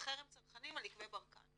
זה חרם צרכנים על יקבי ברקן.